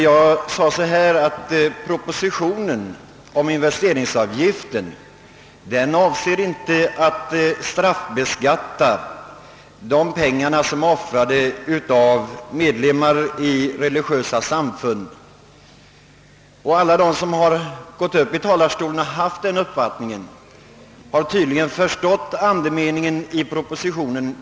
Jag sade att propositionen om investeringsavgift inte avser att straffbeskatta de pengar som medlemmar i religiösa samfund har offrat. De som har uttalat sig så om den saken har tydligen dåligt förstått andemeningen i propositionen.